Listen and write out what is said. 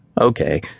Okay